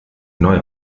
neuer